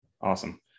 Awesome